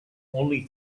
only